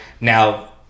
now